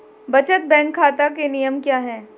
बचत बैंक खाता के नियम क्या हैं?